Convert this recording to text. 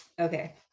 Okay